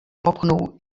popchnął